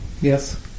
Yes